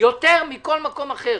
יותר מכל מקום אחר.